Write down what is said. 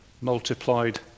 multiplied